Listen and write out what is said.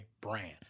brand